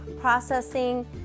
processing